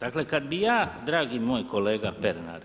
Dakle kad bi ja dragi moj kolega Pernar